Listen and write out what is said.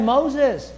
Moses